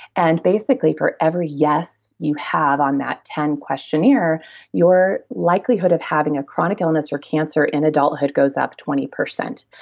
and basically, for every yes you have on that ten questionnaire, your likelihood of having a chronic illness or cancer in adulthood goes up twenty percent.